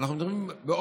אנחנו מדברים בעונש,